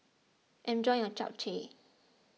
enjoy your Japchae